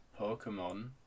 pokemon